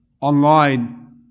online